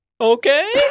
Okay